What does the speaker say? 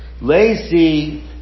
Lazy